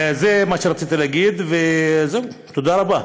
זה מה שרציתי להגיד, וזהו, תודה רבה.